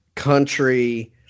country